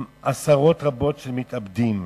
עם עשרות רבות של מתאבדים,